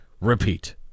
Repeat